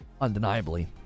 undeniably